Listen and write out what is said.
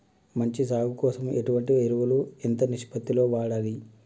మంచి సాగు కోసం ఎటువంటి ఎరువులు ఎంత నిష్పత్తి లో వాడాలి?